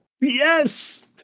yes